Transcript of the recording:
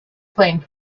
playing